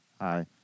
hi